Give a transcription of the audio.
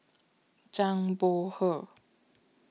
Zhang Bohe